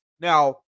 Now